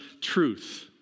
truth